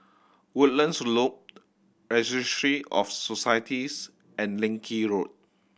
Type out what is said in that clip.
Woodlands Loop Registry of Societies and Leng Kee Road